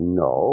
no